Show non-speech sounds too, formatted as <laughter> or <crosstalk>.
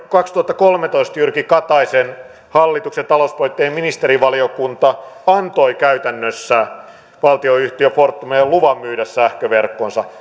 kaksituhattakolmetoista jyrki kataisen hallituksen talouspoliittinen ministerivaliokunta antoi käytännössä valtionyhtiö fortumille luvan myydä sähköverkkonsa <unintelligible>